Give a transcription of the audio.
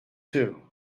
too